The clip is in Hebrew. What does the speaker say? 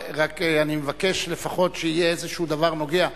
רק אני מבקש, לפחות שיהיה איזה דבר נוגע.